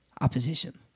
opposition